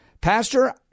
Pastor